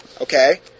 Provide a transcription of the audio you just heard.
Okay